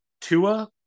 Tua